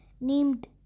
named